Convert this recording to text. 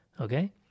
okay